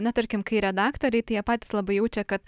na tarkim kai redaktoriai tie jie patys labai jaučia kad